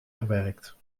gewerkt